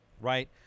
right